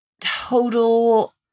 total